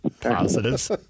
Positives